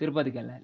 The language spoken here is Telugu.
తిరుపతికి వెళ్ళాలి